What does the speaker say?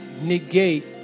negate